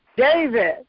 David